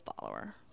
follower